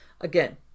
Again